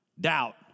doubt